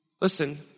listen